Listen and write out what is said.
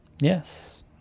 yes